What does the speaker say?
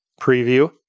preview